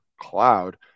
cloud